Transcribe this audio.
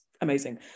amazing